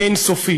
אין-סופית.